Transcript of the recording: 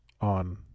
on